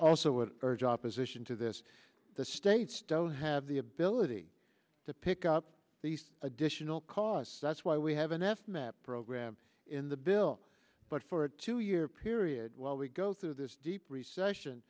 also would urge opposition to this the states don't have the ability to pick up these additional costs that's why we have an f map program in the bill but for a two year period while we go through this deep recession